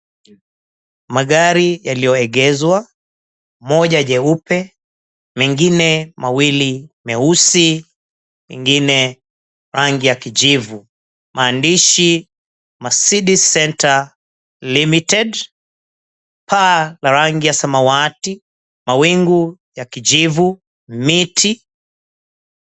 Magari yaliyoegezwa moja jeupe, mengine mawili meusi, ingine rangi ya kijivu. Maandishi, Mercedes Center Ltd, paa la rangi ya samawati mawingu ya kijivu, miti.